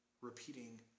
repeating